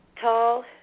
Tall